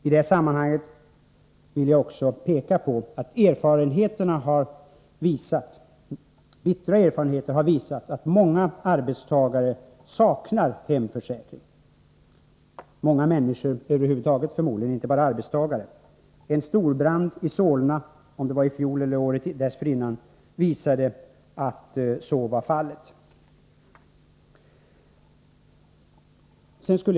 I detta sammanhang vill jag också peka på att bittra erfarenheter har visat att många arbetstagare saknar hemförsäkring - många människor över huvud taget, förmodligen inte bara arbetstagare. En storbrand i Solna —-i fjol eller året dessförinnan — visade att så var fallet. Herr talman!